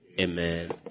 amen